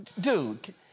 Dude